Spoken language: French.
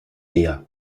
dea